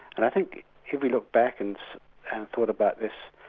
and i think if we look back and thought about this,